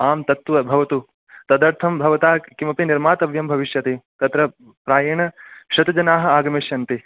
आम् तत्तु भवतु तदर्थं भवता किमपि निर्मातव्यं भविष्यति तत्र प्रायेण शत जनाः आगमिष्यन्ति